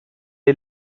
est